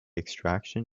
extraction